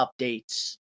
updates